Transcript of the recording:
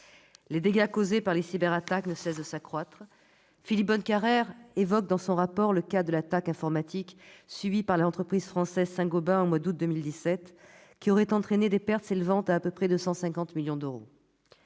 Les dégâts causés par les cyberattaques ne cessent de s'accroître. M. Philippe Bonnecarrère évoque dans son rapport le cas de l'attaque informatique subie par l'entreprise française Saint-Gobain au mois d'août 2017, qui aurait entraîné des pertes s'élevant à environ 250 millions d'euros.